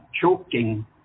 choking